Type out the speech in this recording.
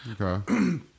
Okay